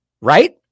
right